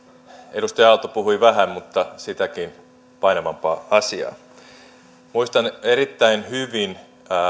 edustaja aalto puhui vähän mutta sitäkin painavampaa asiaa muistan erittäin hyvin